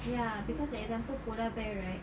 ya cause example polar bear right